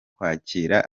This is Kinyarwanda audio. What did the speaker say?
kwakira